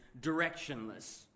directionless